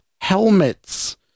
helmets